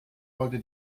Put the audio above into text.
wollte